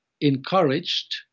encouraged